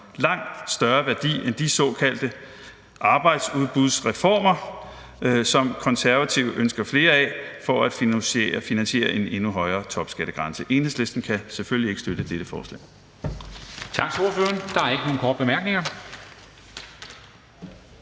langt større værdi end de såkaldte arbejdsudbudsreformer, som De Konservative ønsker flere af for at finansiere en endnu højere topskattegrænse. Enhedslisten kan selvfølgelig ikke støtte dette forslag.